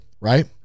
Right